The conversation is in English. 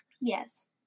Yes